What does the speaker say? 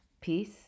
Peace